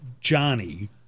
Johnny